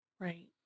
Right